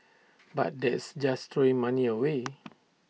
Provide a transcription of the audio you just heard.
but that's just throwing money away